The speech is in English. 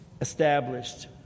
established